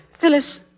Phyllis